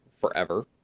forever